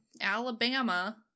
Alabama